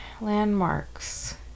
Landmarks